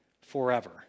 forever